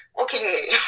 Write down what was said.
Okay